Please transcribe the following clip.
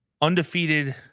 undefeated